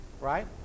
right